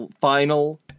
final